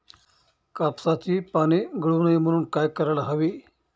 कापसाची पाने गळू नये म्हणून काय करायला हवे?